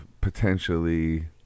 potentially